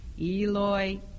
Eloi